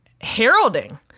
heralding